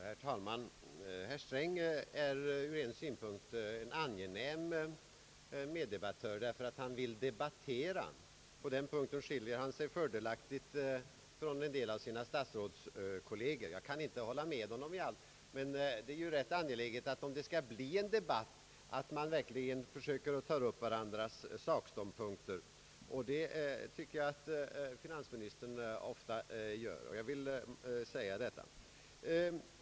Herr talman! Ur en synvinkel är herr Sträng en angenäm meddebattör. Han vill nämligen debattera, och på den punkten skiljer han sig fördelaktigt från en del av sina statsrådskolleger. Jag kan inte hålla med honom i allt, men om det skall bli en debatt är det rätt angeläget att man verkligen försöker ta upp varandras sakståndpunkter. Jag tycker att finansministern ofta gör så, vilket jag vill framhålla.